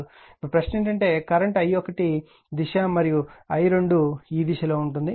ఇప్పుడు ప్రశ్న ఏమిటంటే కరెంట్ i1 దిశ మరియు i2 ఈ దిశలో ఉంటాయి